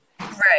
right